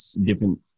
different